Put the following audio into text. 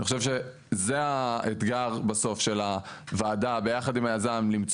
אני חושב שזה האתגר בסוף של הוועדה ביחד עם היזם למצוא